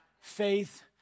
Faith